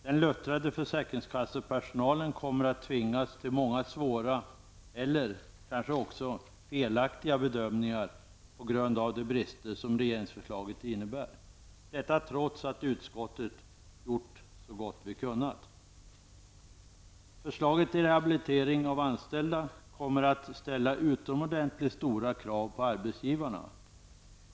Den luttrade försäkringskassepersonalen kommer att tvingas till många svåra eller felaktiga bedömningar på grund av de brister som regeringsförslaget innebär, trots att vi i utskottet har gjort så gott vi har kunnat. Förslaget till rehabilitering av anställda kommer att ställa utomordentligt stora krav på arbetsgivarna.